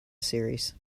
series